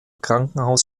krankenhaus